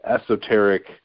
esoteric